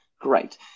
great